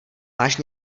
máš